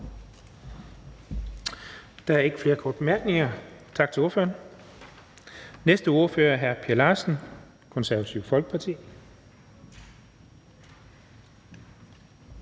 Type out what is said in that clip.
Der er ikke flere korte bemærkninger. Tak til ordføreren. Den næste ordfører er hr. Per Larsen, Det Konservative Folkeparti.